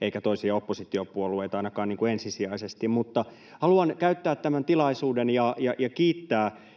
eikä toisia oppositiopuolueita ainakaan niin kuin ensisijaisesti, mutta haluan käyttää tämän tilaisuuden ja kiittää